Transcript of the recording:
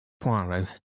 Poirot